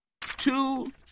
two